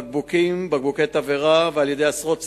בקבוקים ובקבוקי תבערה על-ידי עשרות צעירים.